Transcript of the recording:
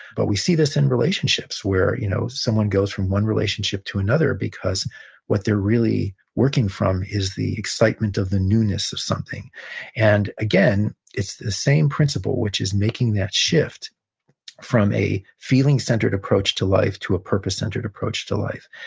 but we see this in relationships, where you know, someone goes from one relationship to another, because what they're really working from is the excitement of the newness of something and again, it's the same principle, which is making that shift from a feeling-centered approach to life, to a purpose-centered approach to life,